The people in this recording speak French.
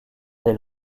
des